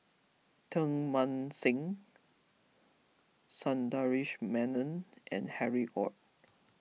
Teng Mah Seng Sundaresh Menon and Harry Ord